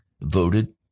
voted